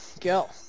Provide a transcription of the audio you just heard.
go